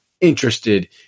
interested